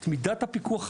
את מידת הפיקוח הנדרשת.